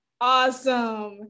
Awesome